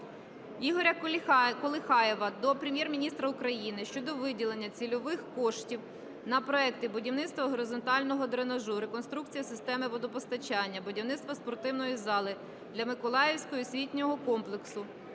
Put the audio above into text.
Ігоря Колихаєва до Прем'єр-міністра України щодо виділення цільових коштів на проекти: "Будівництво горизонтального дренажу", "Реконструкція системи водопостачання", "Будівництво спортивної зали для Миколаївського освітнього комплексу